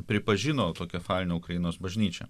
pripažino autokefalinę ukrainos bažnyčią